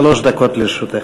שלוש דקות לרשותך.